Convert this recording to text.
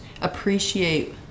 appreciate